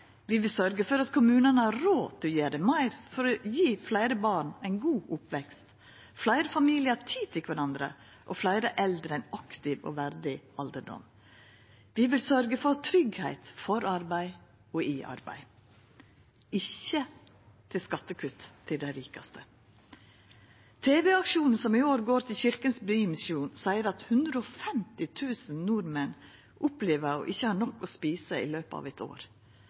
Vi vil sørgja for at kommunane har råd til å gjera meir for å kunna gje fleire barn ein god oppvekst, fleire familiar tid til kvarandre og fleire eldre ein aktiv og verdig alderdom. Vi vil sørgja for tryggleik for arbeid og i arbeid – ikkje skattekutt til dei rikaste. Tv-aksjonen, som i år går til Kirkens Bymisjon, seier at 150 000 nordmenn opplever ikkje å ha nok å eta i løpet av eit år.